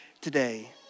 today